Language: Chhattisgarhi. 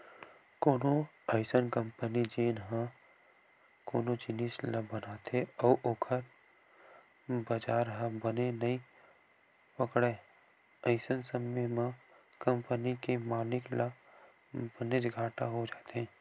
कोनो अइसन कंपनी जेन ह कोनो जिनिस ल बनाथे अउ ओखर बजार ह बने नइ पकड़य अइसन समे म कंपनी के मालिक ल बनेच घाटा हो जाथे